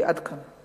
עד כאן.